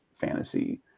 fantasy